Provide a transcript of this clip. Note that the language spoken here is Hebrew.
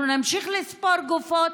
אנחנו נמשיך לספור גופות,